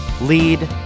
lead